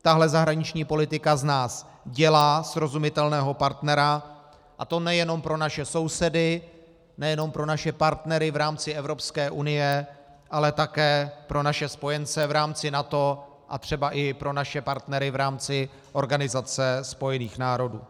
Tahle zahraniční politika z nás dělá srozumitelného partnera, a to nejenom pro naše sousedy, nejenom pro naše partnery v rámci Evropské unie, ale také pro naše spojence v rámci NATO a třeba i pro naše partnery v rámci Organizace spojených národů.